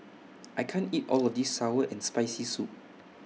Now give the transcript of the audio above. I can't eat All of This Sour and Spicy Soup